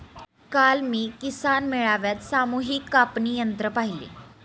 काल मी किसान मेळ्यात सामूहिक कापणी यंत्र पाहिले